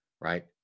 Right